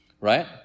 right